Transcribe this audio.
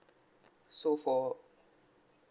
so for